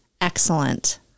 excellent